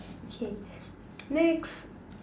okay next